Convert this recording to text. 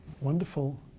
Wonderful